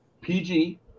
PG